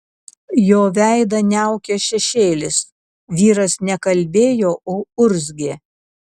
jo veidą niaukė šešėlis vyras ne kalbėjo o urzgė